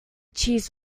cheese